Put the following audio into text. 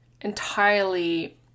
entirely